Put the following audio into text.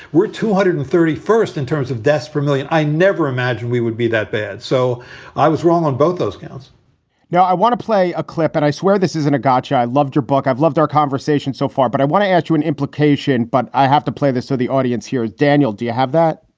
we're two hundred and thirty first in terms of deaths, four million. i never imagined we would be that bad. so i was wrong on both those counts now i want to play a clip, and i swear this isn't a gotcha. i loved your book. i've loved our conversation so far. but i want to ask you an implication. but i have to play this for so the audience here. daniel, do you have that?